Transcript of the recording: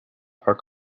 park